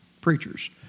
preachers